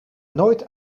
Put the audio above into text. nooit